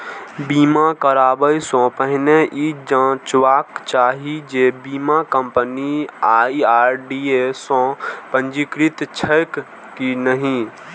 बीमा कराबै सं पहिने ई जांचबाक चाही जे बीमा कंपनी आई.आर.डी.ए सं पंजीकृत छैक की नहि